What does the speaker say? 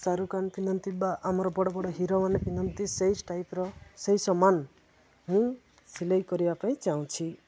ଶାରୁଖାନ୍ ପିନ୍ଧନ୍ତି ବା ଆମର ବଡ଼ ବଡ଼ ହିରୋ ମାନେ ପିନ୍ଧନ୍ତି ସେଇ ଟାଇପର ସେଇ ସମାନ ମୁଁ ସିଲେଇ କରିବା ପାଇଁ ଚାହୁଁଛି